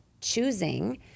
choosing